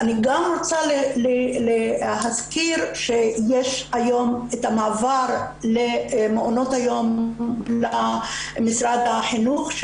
אני גם רוצה להזכיר שיש היום את המעבר למעונות היום למשרד החינוך,